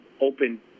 open